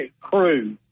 crew